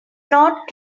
not